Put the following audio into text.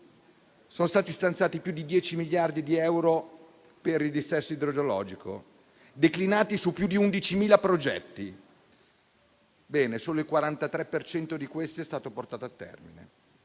sono stati stanziati più di dieci miliardi di euro per il dissesto idrogeologico, declinati su più di 11.000 progetti. Ebbene, solo il 43 per cento di questi è stato portato a termine.